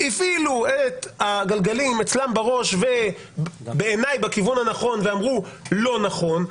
הפעילו את הגלגלים אצלן בראש ובעיני בכיוון הנכון ואמרו: לא נכון,